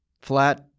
Flat